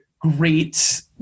Great